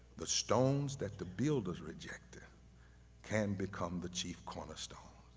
the stones that the builders rejected can become the chief cornerstone.